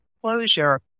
closure